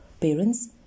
parents